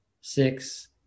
six